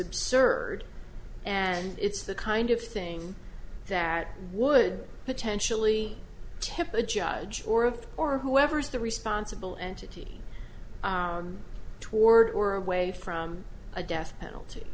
absurd and it's the kind of thing that would potentially tip of judge or of or whoever's the responsible entity toward or away from a death penalty